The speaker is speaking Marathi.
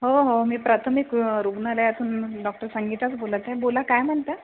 हो हो मी प्राथमिक रुग्णालयातून डॉक्टर संगीताच बोलत आहे बोला काय म्हणता